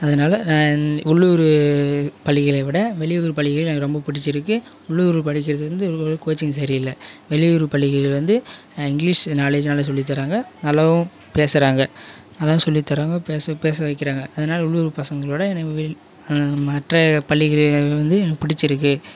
அதனால் உள்ளூர் பள்ளிகளைவிட வெளியூர் பள்ளிகள் எனக்கு ரொம்ப பிடிச்சிருக்கு உள்ளூர் படிக்கிறது வந்து அவ்வளவு கோச்சிங் சரியில்லை வெளியூர் பள்ளிகள் வந்து இங்கிலிஷ் நாலேஜ் நல்லா சொல்லித்தராங்க நல்லாவும் பேசுறாங்க நல்லாவும் சொல்லித்தராங்க பேச பேச வைக்கிறாங்க அதனால உள்ளூர் பசங்களோடய மற்ற பள்ளிகளை வந்து எனக்கு பிடிச்சிருக்கு